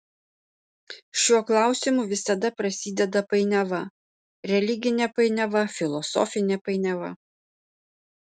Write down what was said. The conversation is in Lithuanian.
šiuo klausimu visada prasideda painiava religinė painiava filosofinė painiava